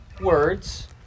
words